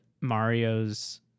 Mario's